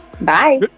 bye